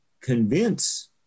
convince